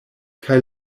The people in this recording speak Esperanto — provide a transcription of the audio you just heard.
kaj